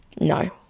no